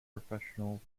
professional